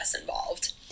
involved